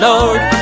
Lord